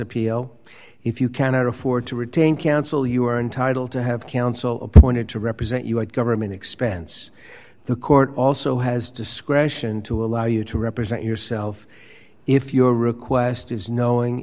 appeal if you cannot afford to retain counsel you are entitled to have counsel appointed to represent you at government expense the court also has discretion to allow you to represent yourself if your request is knowing